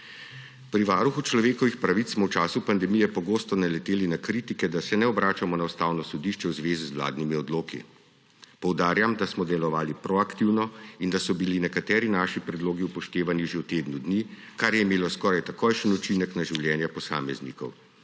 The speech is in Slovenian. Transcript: Pri Varuhu človekovih pravic smo v času pandemije pogosto naleteli na kritike, da se ne obračamo na Ustavno sodišče v zvezi z vladnimi odloki. Poudarjam, da smo delovali proaktivno in da so bili nekateri naši predlogi upoštevani že v tednu dni, kar je imelo skoraj takojšen učinek na življenje posameznikov.